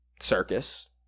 circus